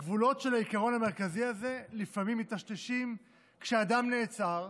הגבולות של העיקרון המרכזי הזה לפעמים מיטשטשים כשאדם נעצר,